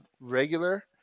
regular